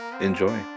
enjoy